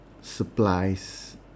supplies